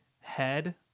head